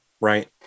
right